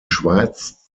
schweiz